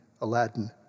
Aladdin